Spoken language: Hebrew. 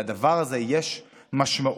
לדבר הזה יש משמעות,